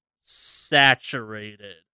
saturated